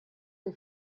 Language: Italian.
dei